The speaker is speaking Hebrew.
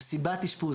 סיבת אשפוז,